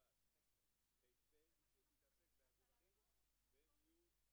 הוא יצטרך לבקש בקשה מיוחדת.